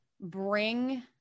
bring